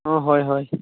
অঁ হয় হয়